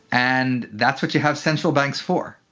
and that's what you have central banks for.